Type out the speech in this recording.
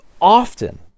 often